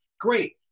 great